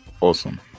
Awesome